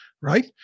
right